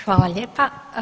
Hvala lijepa.